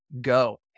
go